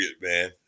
man